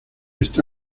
está